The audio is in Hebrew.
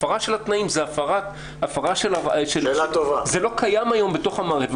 הפרה של התנאים זה הפרה של --- זה לא קיים היום בתוך המערכת.